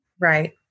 Right